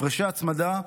הפרשי הצמדה,